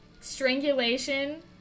strangulation